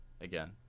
again